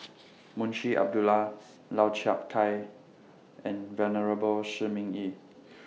Munshi Abdullah Lau Chiap Khai and Venerable Shi Ming Yi